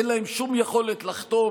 אין שום יכולת לחתום,